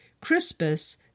crispus